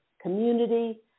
community